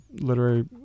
literary